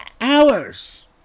hours